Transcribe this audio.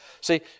See